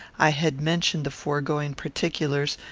i had mentioned the foregoing particulars,